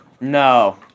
No